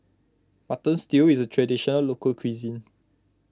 Mutton Stew is a Traditional Local Cuisine